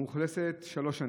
המאוכלסת שלוש שנים,